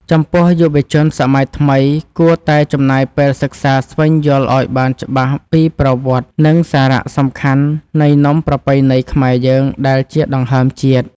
ចំពោះយុវជនសម័យថ្មីគួរតែចំណាយពេលសិក្សាស្វែងយល់ឱ្យបានច្បាស់ពីប្រវត្តិ និង សារៈសំខាន់នៃនំប្រពៃណីខ្មែរយើងដែលជាដង្ហើមជាតិ។